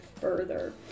further